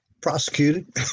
prosecuted